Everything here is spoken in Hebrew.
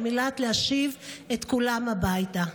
על מנת להשיב את כולם הביתה.